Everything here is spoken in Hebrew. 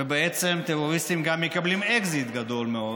בעצם, טרוריסטים גם מקבלים אקזיט גדול מאוד